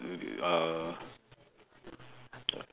do the uh